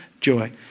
joy